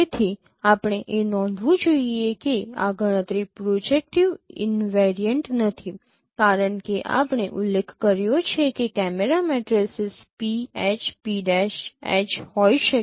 તેથી આપણે એ નોંધવું જોઇએ કે આ ગણતરી પ્રોજેક્ટિવ ઈનવેરિયન્ટ નથી કારણ કે આપણે ઉલ્લેખ કર્યો છે કે કેમેરા મેટ્રિસીસ PH P'H હોઈ શકે